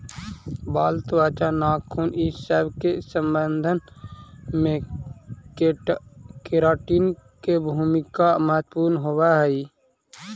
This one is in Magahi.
बाल, त्वचा, नाखून इ सब के संवर्धन में केराटिन के भूमिका महत्त्वपूर्ण होवऽ हई